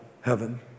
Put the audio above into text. heaven